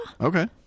Okay